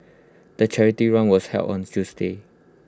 the charity run was held on A Tuesday